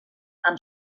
amb